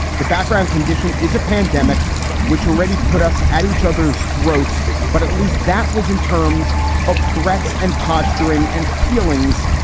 the background condition is a pandemic which already put us at each other's throats. but at least that was in terms of threats and posturing and feelings,